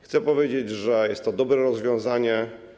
Chcę powiedzieć, że jest to dobre rozwiązanie.